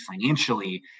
financially